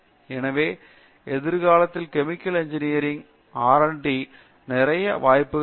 எனவே எதிர்காலத்தில் chemical engineering ல் R D க்கு நிறைய வாய்ப்புகள் இருக்கும்